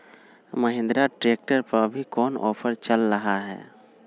Mahindra tractor पर अभी कोन ऑफर चल रहा है?